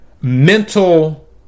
mental